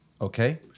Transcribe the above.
Okay